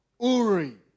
Uri